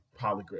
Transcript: polygraph